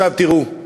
תראו,